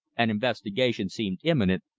and investigation seemed imminent,